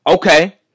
Okay